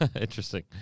Interesting